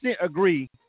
agree